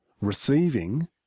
receiving